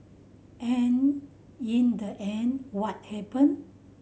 and in the end what happen